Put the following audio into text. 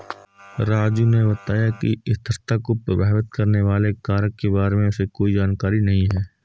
राजू ने बताया कि स्थिरता को प्रभावित करने वाले कारक के बारे में उसे कोई जानकारी नहीं है